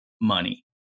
money